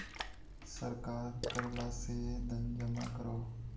सरकार कर ला से धन जमा करोह